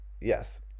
Yes